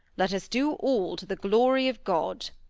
let us do all to the glory of god